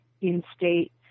in-state